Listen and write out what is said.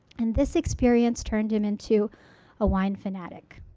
and this experience turned him into a wine fanatic.